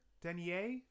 Denier